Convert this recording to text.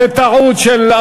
זו טעות.